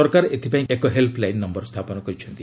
ସରକାର ଏଥିପାଇଁ ଏକ ହେଲ୍ସଲାଇନ୍ ନମ୍ଘର ସ୍ଥାପନ କରିଛନ୍ତି